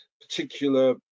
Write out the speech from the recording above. particular